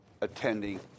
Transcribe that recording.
attending